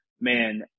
man